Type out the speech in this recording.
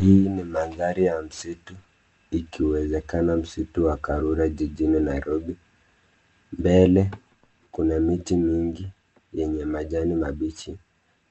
Hii ni mandhari ya msitu ikiwezekana msitu wa Karura jijini Nairobi, mbele kuna miti mingi yenye majani mabichi